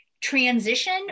transition